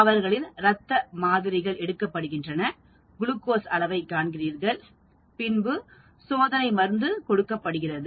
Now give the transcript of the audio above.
அவர்களின் ரத்த மாதிரிகள் எடுக்கப்படுகின்றன குளுக்கோஸ் அளவை காண்கிறீர்கள் பின்பு சோதனை மருந்து கொடுக்கப்படுகிறது